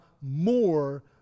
more